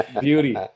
Beauty